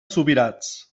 subirats